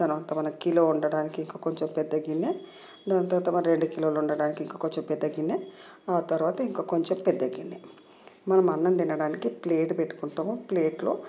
తర్వాత మనకి కిలో వండడానికి ఇంకా కొంచెం పెద్ద గిన్నె దాని తర్వాత రెండు కిలోలు వండడానికి ఇంకా కొంచెం పెద్ద గిన్నె ఆ తర్వాత ఇంకా కొంచెం పెద్ద గిన్నె మనం అన్నం తినడానికి ప్లేట్ పెట్టుకుంటాము ప్లేట్లో